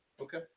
Okay